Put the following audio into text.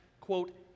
quote